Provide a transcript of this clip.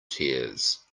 tears